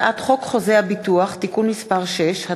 הצעת חוק חוזה הביטוח (תיקון מס' 6),